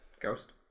Ghost